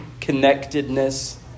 connectedness